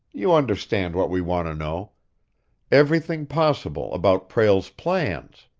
you understand what we want to know everything possible about prale's plans.